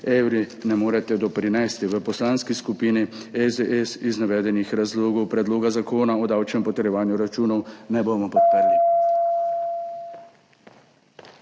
evri ne morete doprinesti. V Poslanski skupini SDS iz navedenih razlogov predloga zakona o davčnem potrjevanju računov ne bomo podprli.